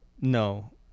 No